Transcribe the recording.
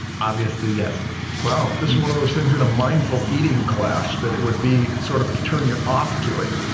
obviously yes. marshall wow, this is one of those things in a mindful eating class that it would be sort of to turn you off to it.